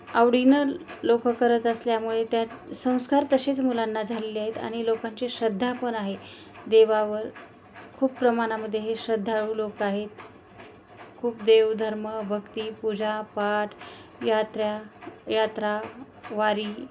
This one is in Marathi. आवडीनं लोकं करत असल्यामुळे त्यात संस्कार तसेच मुलांना झालेले आहेत आणि लोकांची श्रद्धा पण आहे देवावर खूप प्रमाणामध्ये हे श्रद्धाळू लोकं आहेत खूप देवधर्म भक्ती पूजा पाठ यात्रा यात्रा वारी